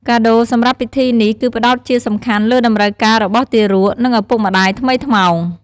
កាដូសម្រាប់ពិធីនេះ គឺផ្តោតជាសំខាន់លើតម្រូវការរបស់ទារក និងឪពុកម្តាយថ្មីថ្មោង។